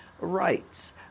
rights